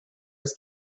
his